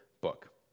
book